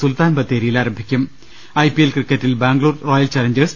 സുൽത്താൻബത്തേരിയിൽ ആരംഭിക്കും I P L ക്രിക്കറ്റിൽ Bangalore Royal Challengers പുറത്തായി